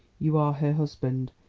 you are her husband,